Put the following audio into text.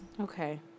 Okay